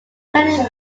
continent